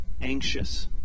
anxious